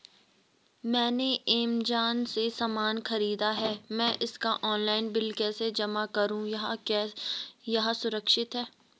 मैंने ऐमज़ान से सामान खरीदा है मैं इसका ऑनलाइन बिल कैसे जमा करूँ क्या यह सुरक्षित है?